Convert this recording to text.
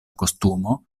kostumo